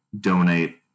donate